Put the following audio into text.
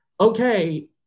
okay